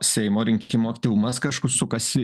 seimo rinkimų aktyvumas kažkur sukasi